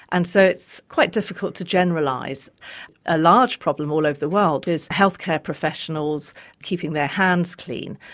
and so it's quite difficult to generalise. a large problem all over the world is healthcare professionals keeping their hands clean.